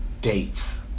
dates